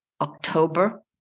October